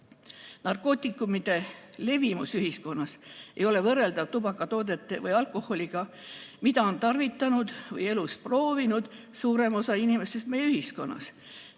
narkootikumide levimus ühiskonnas ei ole võrreldav tubakatoodete või alkoholiga, mida on tarvitanud või elus proovinud suurem osa inimestest meie ühiskonnas.